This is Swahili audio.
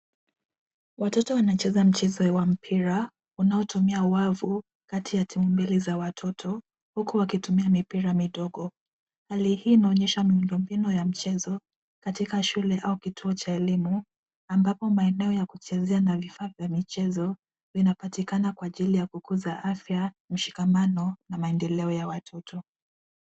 Watoto wanacheza mchezo wa mpira unaotumia wavu kati ya timu mbili za watoto huku wakitumia mipira midogo. Hali hii inaonyesha miundo mbinu ya mchezo katika shule au kituo cha elimu ambapo maeneo ya kuchezea na vifaa vya michezo vinapatikana kwa ajili ya kukuza afya, mshikamano na maeneleo ya watoto.